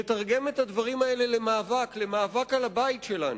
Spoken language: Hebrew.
לתרגם את הדברים האלה למאבק, למאבק על הבית שלנו,